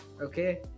okay